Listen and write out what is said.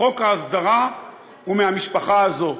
חוק ההסדרה הוא מהמשפחה הזאת.